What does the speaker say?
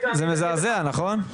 זה מזעזע, נכון?